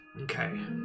Okay